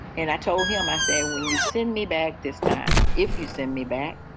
and i told him, i say, when you send me back this time, if you send me back,